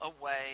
away